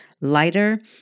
lighter